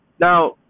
Now